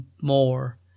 more